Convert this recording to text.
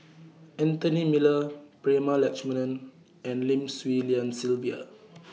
Anthony Miller Prema Letchumanan and Lim Swee Lian Sylvia